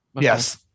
yes